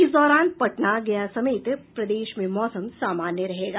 इस दौरान पटना गया समेत प्रदेश में मौसम सामान्य रहेगा